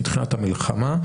או מתחילת המלחמה.